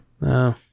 no